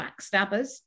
backstabbers